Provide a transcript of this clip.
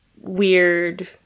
weird